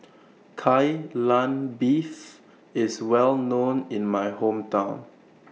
Kai Lan Beef IS Well known in My Hometown